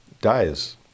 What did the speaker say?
dies